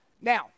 Now